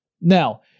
Now